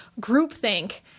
Groupthink